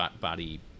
body